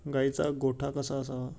गाईचा गोठा कसा असावा?